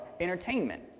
entertainment